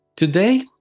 Today